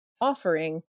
offering